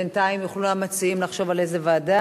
בינתיים המציעים יוכלו לחשוב על איזה ועדה.